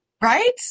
Right